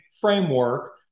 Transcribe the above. framework